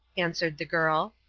answered the girl.